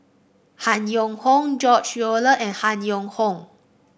Han Yong Hong George Collyer and Han Yong Hong